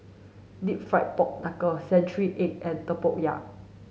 deep fried pork knuckle century egg and Tempoyak